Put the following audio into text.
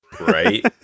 Right